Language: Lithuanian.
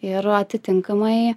ir atitinkamai